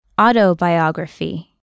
Autobiography